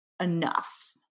enough